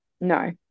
No